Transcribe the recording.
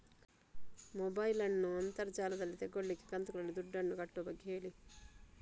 mobile ನ್ನು ಅಂತರ್ ಜಾಲದಲ್ಲಿ ತೆಗೋಲಿಕ್ಕೆ ಕಂತುಗಳಲ್ಲಿ ದುಡ್ಡನ್ನು ಕಟ್ಟುವ ಬಗ್ಗೆ ಹೇಳಿ